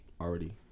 already